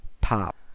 pop